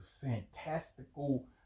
fantastical